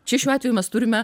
čia šiuo atveju mes turime